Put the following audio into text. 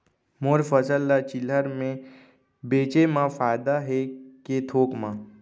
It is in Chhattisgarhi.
मोर फसल ल चिल्हर में बेचे म फायदा है के थोक म?